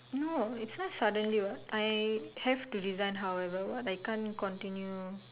no it's not suddenly what I have to resign however what I can't continue